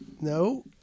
No